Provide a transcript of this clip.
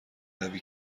روی